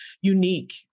unique